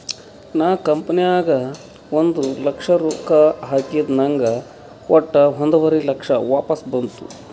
ನಾ ಕಂಪನಿ ನಾಗ್ ಒಂದ್ ಲಕ್ಷ ರೊಕ್ಕಾ ಹಾಕಿದ ನಂಗ್ ವಟ್ಟ ಒಂದುವರಿ ಲಕ್ಷ ವಾಪಸ್ ಬಂತು